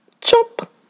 chop